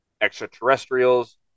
extraterrestrials